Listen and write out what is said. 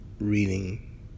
reading